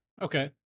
Okay